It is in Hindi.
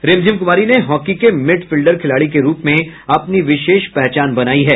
रिमझिम कुमारी ने हॉकी के मिड फिल्डर खिलाड़ी के रूप में अपनी विशेष पहचान बनायी है